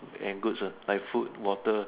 and goods ah like food water